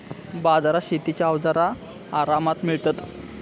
बाजारात शेतीची अवजारा आरामात मिळतत